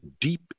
deep